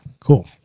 cool